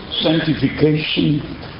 sanctification